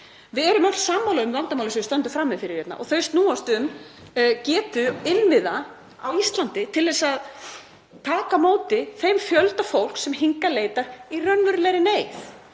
Við erum öll sammála um vandamálin sem við stöndum frammi fyrir og þau snúast um getu innviða á Íslandi til að taka á móti þeim fjölda fólks sem hingað leitar í raunverulegri neyð.